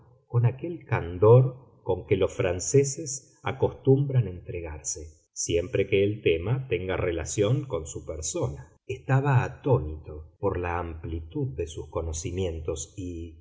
con aquel candor con que los franceses acostumbran entregarse siempre que el tema tenga relación con su persona estaba atónito por la amplitud de sus conocimientos y